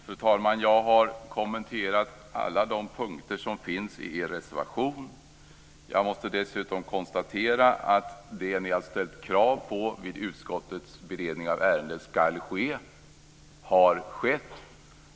Fru talman! Jag har kommenterat alla de punkter som finns i er reservation. Jag måste dessutom konstatera att det ni har ställt krav på ska ske vid utskottets beredning av ärendet har skett.